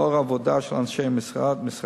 לאור העבודה של אנשי משרדי,